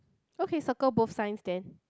okay circle both signs then